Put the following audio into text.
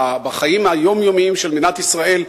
בחיים היומיומיים של מדינת ישראל,